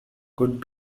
could